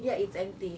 ya it's empty